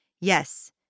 Yes